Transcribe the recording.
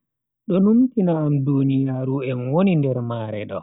Do numtina am duniyaaru en woni nder mare do.